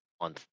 on